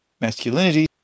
masculinity